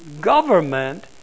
government